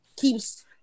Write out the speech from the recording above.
keeps